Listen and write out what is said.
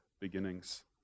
beginnings